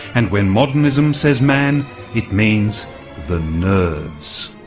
and when modernism says man it means the nerves.